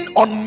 on